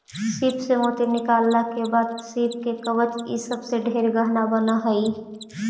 सीप से मोती निकालला के बाद सीप के कवच ई सब से ढेर गहना बन हई